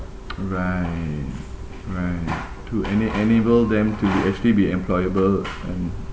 right right to en~ enable them to be actually be employable and